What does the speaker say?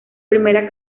primera